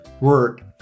word